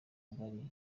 ngari